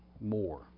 more